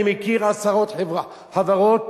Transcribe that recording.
אני מכיר עשרות חברות